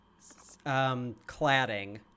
Cladding